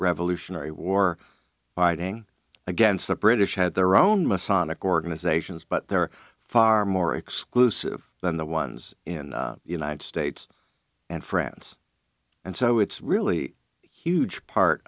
revolutionary war fighting against the british had their own masonic organizations but they're far more exclusive than the ones in the united states and france and so it's really huge part